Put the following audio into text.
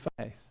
faith